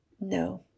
No